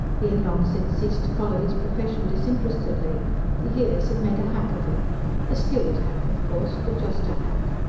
he had long since ceased to follow his profession disinterestedly the years had made a hack of him a skilled hack, of course but just a hack.